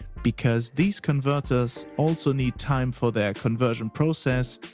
because these converters also need time for their conversion process,